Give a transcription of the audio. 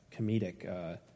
comedic